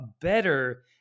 better